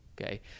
okay